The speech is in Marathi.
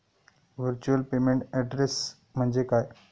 व्हर्च्युअल पेमेंट ऍड्रेस म्हणजे काय?